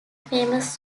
famous